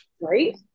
Right